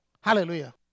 Hallelujah